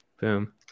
boom